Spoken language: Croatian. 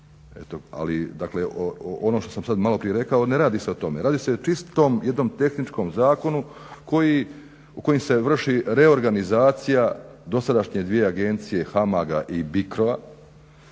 ali ono što sam sad maloprije rekao ne radi se o tome, radi se o čistom jednom tehničkom zakonu koji, kojim se vrši reorganizacija dosadašnje dvije agencije HAMAG-a i BICRO-a.